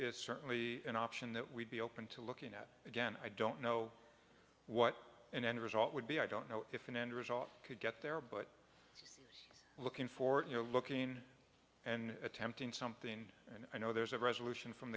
is certainly an option that we'd be open to looking at again i don't know what an end result would be i don't know if an end result could get there but looking for it you're looking and attempting something i know there's a resolution from